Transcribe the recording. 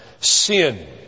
sin